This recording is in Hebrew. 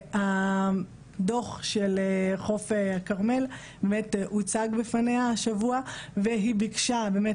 הדוח של חוף הכרמל באמת הוצג בפניה השבוע והיא ביקשה באמת